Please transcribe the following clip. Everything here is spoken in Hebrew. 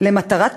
למטרת קידומן,